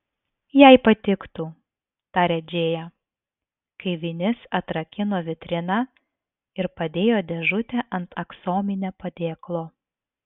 jai patiktų tarė džėja kai vinis atrakino vitriną ir padėjo dėžutę ant aksominio padėklo